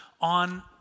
on